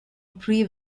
pre